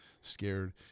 scared